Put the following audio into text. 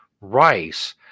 Rice